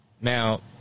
now